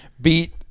beat